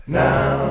now